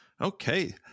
Okay